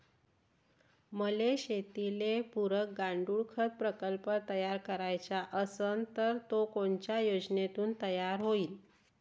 मले शेतीले पुरक गांडूळखत प्रकल्प तयार करायचा असन तर तो कोनच्या योजनेतून तयार होईन?